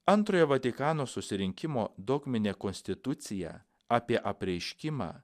antrojo vatikano susirinkimo dogminė konstitucija apie apreiškimą